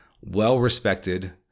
well-respected